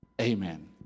amen